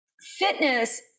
fitness